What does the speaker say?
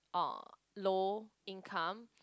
uh low income